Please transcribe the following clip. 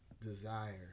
desire